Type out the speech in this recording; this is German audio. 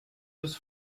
des